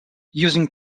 using